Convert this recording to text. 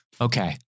Okay